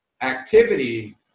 activity